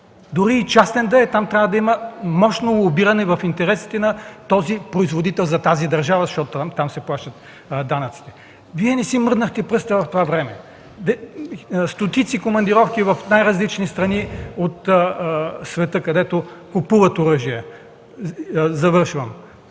Дори и частен завод да е, там трябва да има мощно лобиране за интересите на този производител, за тази държава, защото там се плащат данъци. Вие не си мръднахте пръста в това време. Стотици командировки в най-различни страни по света, където купуват оръжия. За